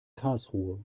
karlsruhe